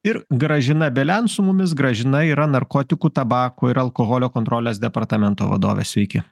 ir gražina belen su mumis gražina yra narkotikų tabako ir alkoholio kontrolės departamento vadovė sveiki